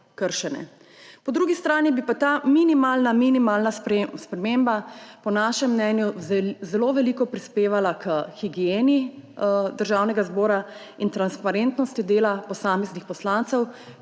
Po drugi strani bi pa ta minimalna sprememba po našem mnenju zelo veliko prispevala k higieni Državnega zbora in transparentnosti dela posameznih poslancev